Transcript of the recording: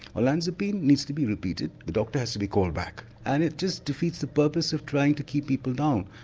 olanzapine needs to be repeated, the doctor has to be called back and it just defeats the purpose of trying to keep people down.